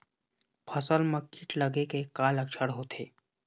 फसल म कीट लगे के का लक्षण होथे?